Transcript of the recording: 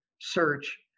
search